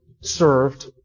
served